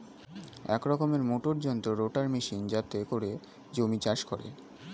এক রকমের মোটর যন্ত্র রোটার মেশিন যাতে করে জমি চাষ করে